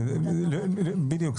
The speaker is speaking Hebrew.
בדיוק.